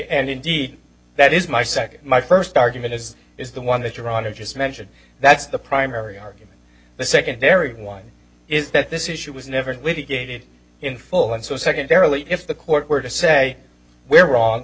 and indeed that is my second my first argument is is the one that your honor just mentioned that's the primary argument the secondary one is that this issue was never gated in full and so secondarily if the court were to say we're wrong